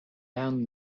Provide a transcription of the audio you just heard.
down